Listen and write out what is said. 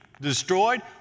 destroyed